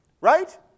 Right